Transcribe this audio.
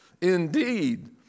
indeed